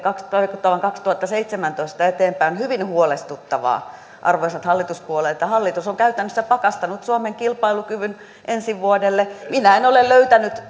vuodesta kaksituhattaseitsemäntoista eteenpäin on hyvin huolestuttavaa arvoisat hallituspuolueet että hallitus on käytännössä pakastanut suomen kilpailukyvyn ensi vuodelle minä en ole löytänyt